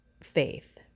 faith